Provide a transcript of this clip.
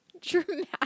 dramatic